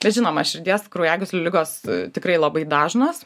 bet žinoma širdies kraujagyslių ligos tikrai labai dažnos